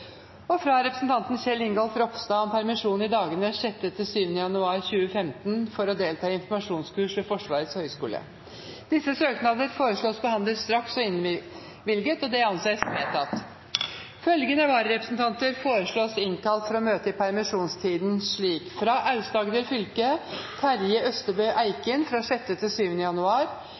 og med 9. april 2015 fra representanten Kjell Ingolf Ropstad om permisjon i dagene 6. og 7. januar 2015 for å delta i informasjonskurs ved Forsvarets høgskole Etter forslag fra presidenten ble enstemmig besluttet: Søknadene behandles straks og innvilges. Følgende vararepresentanter innkalles for å møte i permisjonstiden: For Aust-Agder fylke: Terje Østebø Eikin 6.–7. januar